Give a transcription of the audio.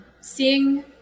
Seeing